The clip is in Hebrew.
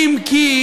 אורן, תחזור בך.